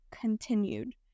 continued